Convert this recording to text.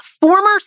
former